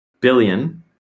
billion